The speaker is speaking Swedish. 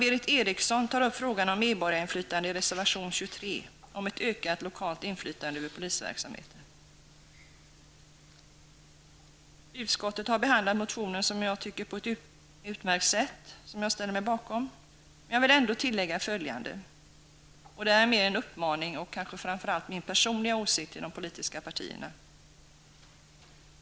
Berith Eriksson tar upp frågan om medborgarinflytande i reservation 23 -- om ett ökat lokalt inflytande över polisverksamheten. Utskottet har behandlat motionen på ett sätt som jag tycker är utmärkt och som jag ställer mig bakom, men jag vill ändå tillägga följande. Det är närmast en uppmaning -- och framför allt min personliga åsikt -- till de politiska partierna.